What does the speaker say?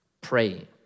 praying